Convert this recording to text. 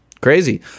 Crazy